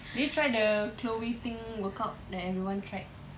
did you try the chloe ting workout that everyone tried